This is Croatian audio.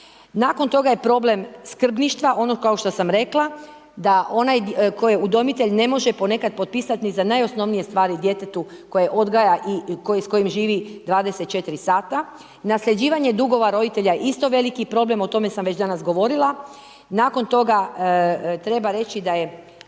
nakon toga je problem skrbništva, ono kao što sam rekla, da onaj 'ko je udomitelj ne može ponekad potpisat ni za najosnovnije stvari djetetu koje odgaja i s kojim živi 24 sata. Nasljeđivanje dugova roditelja, isto veliki problem, o tome sam već danas govorila, nakon toga treba reći da je